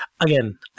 again